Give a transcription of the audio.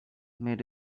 made